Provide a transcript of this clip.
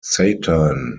satan